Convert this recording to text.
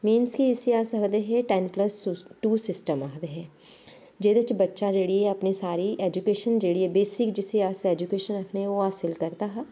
means कि इस्सी अस आखदे हे टैन्न प्लस टू सिस्टम आखदे हे जेह्दे च बच्चा जेह्ड़ी ऐ अपनी सारी ऐजूकेशन जेह्ड़ी ऐ बेसिक्स जिस्सी अस ऐजूकेशन आखने ओह् हासल करदा हा